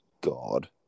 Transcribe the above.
God